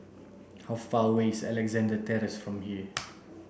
how far away is Alexandra Terrace from here